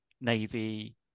navy